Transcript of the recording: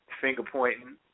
finger-pointing